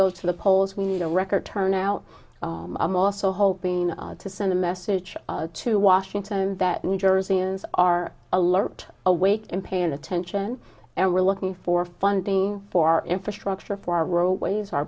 go to the polls we need a record turnout i'm also hoping to send a message to washington that new jerseyans are alert awake and paying attention and we're looking for funding for infrastructure for our